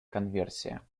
конверсия